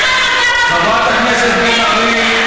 מה אתה מקשקש קשקושים?